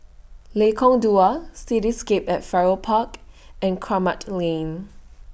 Lengkong Dua Cityscape At Farrer Park and Kramat Lane